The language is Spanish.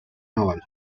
naval